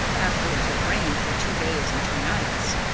after it had rained for two days and two nights.